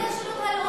נא לסיים.